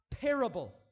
parable